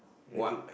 repeat